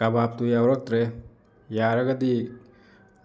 ꯀꯕꯥꯞꯇꯨ ꯌꯥꯎꯔꯛꯇ꯭ꯔꯦ ꯌꯥꯔꯒꯗꯤ